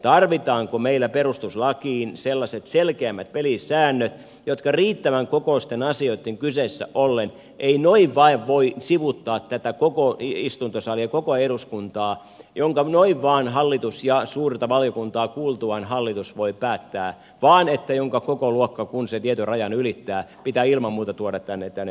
tarvitaanko meillä perustuslakiin sellaiset selkeämmät pelisäännöt että riittävän kokoisten asioitten kyseessä ollen ei noin vain voida sivuuttaa tätä koko istuntosalia koko eduskuntaa kun noin vain suurta valiokuntaa kuultuaan hallitus voi päättää vaan että asia kun kokoluokka tietyn rajan ylittää pitää ilman muuta tuoda tänne eduskuntaan